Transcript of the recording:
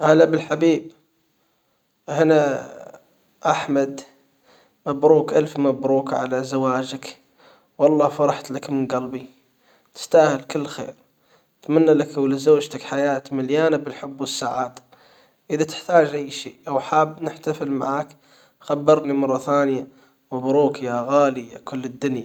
هلا بالحبيب هنا احمد مبروك الف مبروك على زواجك والله فرحت لك من جلبي تستاهل كل خير أتمنى لك ولزوجتك حياة مليانة بالحب والسعادة اذا تحتاج اي شي أو حاب نحتفل معاك خبرني مرة ثانية مبروك يا غالي يا كل الدنيا